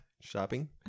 Shopping